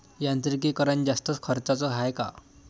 यांत्रिकीकरण जास्त खर्चाचं हाये का?